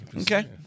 Okay